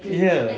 ya